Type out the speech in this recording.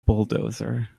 bulldozer